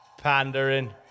Pandering